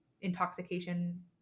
intoxication